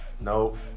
nope